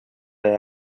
they